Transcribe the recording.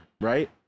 right